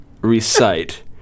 recite